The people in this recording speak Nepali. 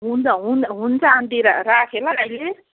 हुन्छ हुन् हुन्छ आन्टी रा राखेँ ल अहिले